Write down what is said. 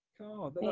God